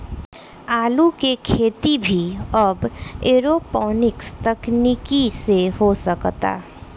आलू के खेती भी अब एरोपोनिक्स तकनीकी से हो सकता